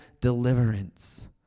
deliverance